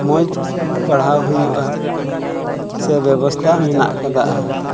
ᱢᱚᱡᱽ ᱯᱟᱲᱦᱟᱣ ᱦᱩᱭᱩᱜᱼᱟ ᱥᱮ ᱵᱮᱵᱚᱥᱛᱷᱟ ᱢᱮᱱᱟᱜ ᱠᱟᱫᱟ